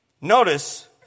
Notice